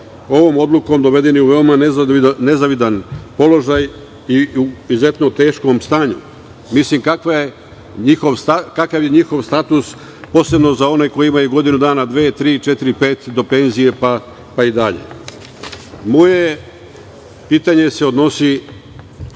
ovom odlukom dovedeni u veoma nezavidan položaj i oni su u izuzetno teškom stanju. Kakav je njihov status, posebno za one koji imaju godinu dana, dve, tri, četiri, pet do penzije, pa i dalje? Moje pitanje se odnosi